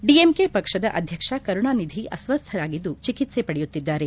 DMK ಪಕ್ಷದ ಅಧ್ಯಕ್ಷ ಕರುಣಾನಿಧಿ ಅಸ್ವಸ್ಥರಾಗಿದ್ದು ಚಿಕಿತ್ಸೆ ಪಡೆಯುತ್ತಿದ್ದಾರೆ